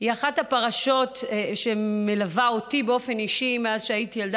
היא אחת הפרשות שמלווה אותי באופן אישי מאז שהייתי ילדה,